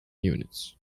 units